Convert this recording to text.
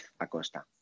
Acosta